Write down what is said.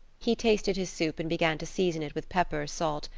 he tasted his soup and began to season it with pepper, salt,